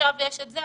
עכשיו יש את זה,